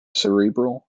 cerebral